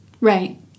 Right